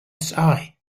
rsi